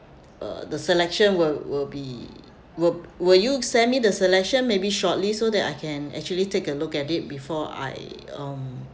uh the selection will will be will will you send me the selection maybe shortly so that I can actually take a look at it before I um